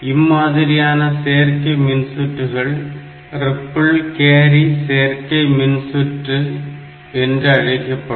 இம்மாதிரியான சேர்க்கை மின்சுற்றுகள் ரிப்பிள் கேரி சேர்க்கை மின்சுற்று என்று அழைக்கப்படும்